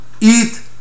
eat